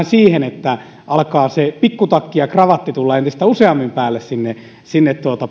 siihen että alkaa se pikkutakki ja kravatti tulla entistä useammin päälle sinne sinne